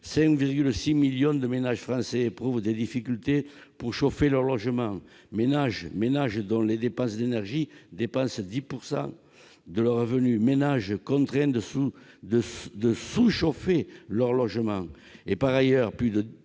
5,6 millions de ménages français éprouvent des difficultés pour chauffer leur logement- ménages dont les dépenses d'énergie dépassent 10 % et qui sont souvent contraints de sous-chauffer leur logement. Par ailleurs, plus de